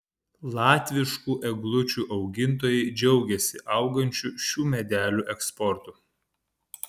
latviškų eglučių augintojai džiaugiasi augančiu šių medelių eksportu